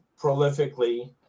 prolifically